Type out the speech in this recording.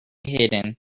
hidden